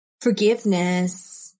Forgiveness